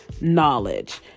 knowledge